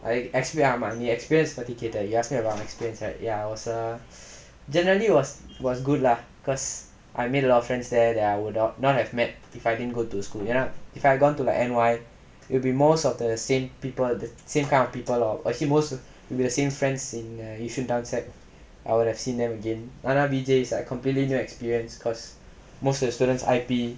I achpy ஆமா நீ:aamaa nee experience பத்தி கேட்ட:paththi kaetta you ask me about my experience right ya was err generally was was good lah cause I made a lot of friends there that I would not have met if I didn't go to school ya if I have gone to like N_Y it will be most of the same people the same kind of people actually most will be the same friends in yishun town sec I would have seen them again downside V_J is like completely new experience cause most of the students I_P